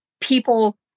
people